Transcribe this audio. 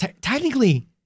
Technically